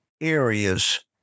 areas